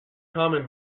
common